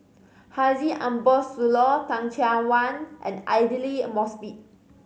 Haji Ambo Sooloh Teh Cheang Wan and Aidli Mosbit